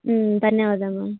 ಹ್ಞೂ ಧನ್ಯವಾದ ಮ್ಯಾಮ್